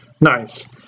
nice